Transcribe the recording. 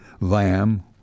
lamb